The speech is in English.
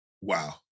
Wow